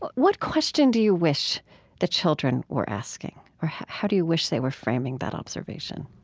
what question do you wish the children were asking or how do you wish they were framing that observation?